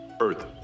Earth